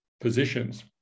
positions